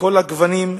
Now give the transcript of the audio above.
מכל הגוונים,